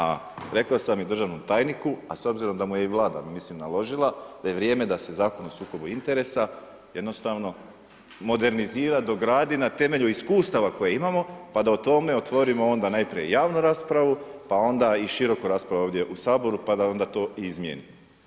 A rekao sam i državnom tajniku, a s obzirom da mu je i vlada, mislim naložila, da je vrijeme da se Zakon o sukobu interesa jednostavno modernizira, dogradi, na temelju iskustava koje imamo, pa da o tome, otvorimo najprije javnu raspravu, pa onda i široku raspravu ovdje u Saboru, pa da onda to i izmijenimo.